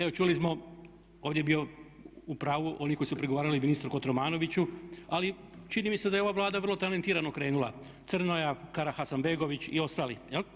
Evo čuli smo ovdje je bio u pravu, oni koji su prigovarali ministru Kotromanoviću, ali čini mi se da je ova Vlada vrlo talentirano krenula Crnoja, karahasanbegović i ostali.